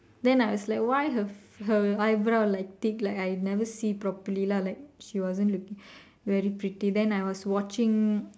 then I was like why her her eyebrow like thick like I never see really properly lah like she wasn't looking very pretty then I was watching